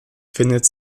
findet